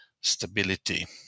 stability